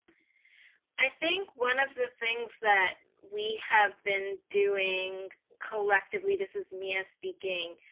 i think one of the things that we have been doing collectively, this is mia speaking,